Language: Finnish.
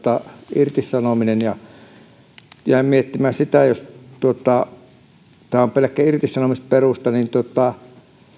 irtisanominen ja jäin miettimään sitä jos tämä on pelkkä irtisanomisperuste